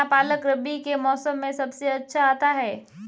क्या पालक रबी के मौसम में सबसे अच्छा आता है?